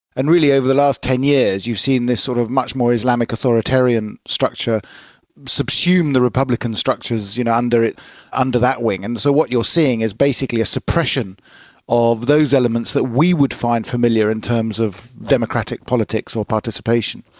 and really over the last ten years you've seen this sort of much more islamic authoritarian structure subsume the republican structures you know under that wing. and so what you're seeing is basically a suppression of those elements that we would find familiar in terms of democratic politics or participation.